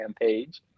page